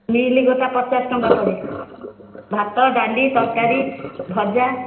meal ଗୋଟା ପଚାଶ ଟଙ୍କା ପଡ଼େ ଭାତ ଡାଲି ତରକାରୀ ଭଜା